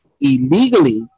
illegally